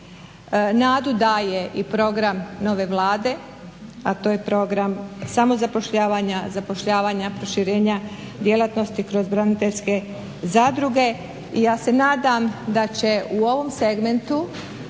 Nadu daje i program nove Vlade, a to je program samozapošljavanja, zapošljavanja proširenja djelatnosti kroz braniteljske zadruge. I ja se nadam da će u ovom segmentu